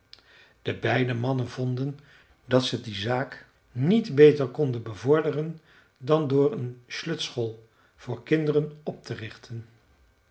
de beide mannen vonden dat ze die zaak niet beter konden bevorderen dan door een slöjdschool voor kinderen op te richten